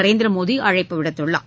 நரேந்திரமோடி அழைப்பு விடுத்துள்ளார்